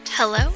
Hello